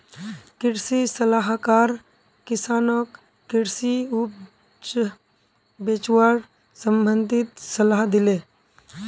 कृषि सलाहकार किसानक कृषि उपज बेचवार संबंधित सलाह दिले